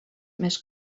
més